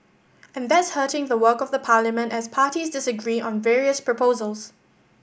and that's hurting the work of the parliament as parties disagree on various proposals